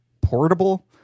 portable